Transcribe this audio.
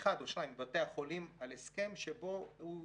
אחד או שניים מבתי החולים על הסכם שבו הוא